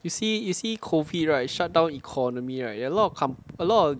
you see you see COVID right shutdown economy right a lot of comp~ a lot